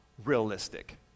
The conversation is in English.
realistic